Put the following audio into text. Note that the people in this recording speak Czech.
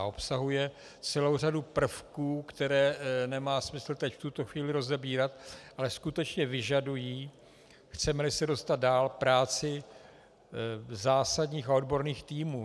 Obsahuje celou řadu prvků, které nemá smysl teď v tuto chvíli rozebírat, ale skutečně vyžadují, chcemeli se dostat dál, práci zásadních a odborných týmů.